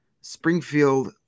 Springfield